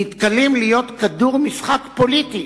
נתקלים להיות כדור משחק פוליטי,